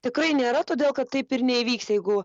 tikrai nėra todėl kad taip ir neįvyks jeigu